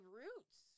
roots